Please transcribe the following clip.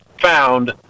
found